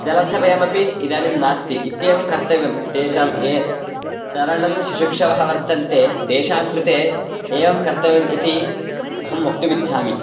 जलस्य भयमपि इदानीं नास्ति इत्येवं कर्तव्यं तेषां ये तरणं शिक्षकाः वर्तन्ते तेषां कृते एवं कर्तव्यम् इति अहं वक्तुम् इच्छामि